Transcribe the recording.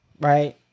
right